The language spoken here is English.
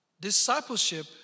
Discipleship